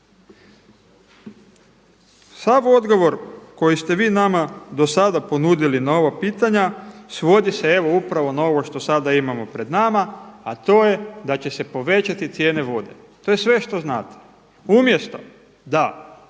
Sav odgovor koji ste vi nama do sada ponudili na ova pitanja svodi se evo upravo na ovo što sada imamo pred nama, a to je da će se povećati cijene vode. To je sve što znate. Umjesto da